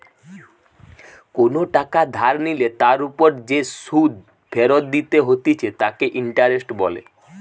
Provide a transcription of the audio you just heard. কোনো টাকা ধার নিলে তার ওপর যে সুধ ফেরত দিতে হতিছে তাকে ইন্টারেস্ট বলে